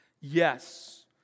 Yes